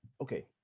okay